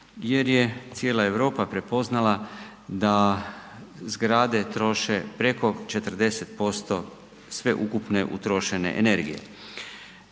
jer je cijela Europa prepoznala da zgrade troše preko 40% sveukupne utrošene energije.